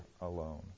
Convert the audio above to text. alone